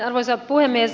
arvoisa puhemies